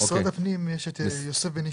יוסף בנישתי,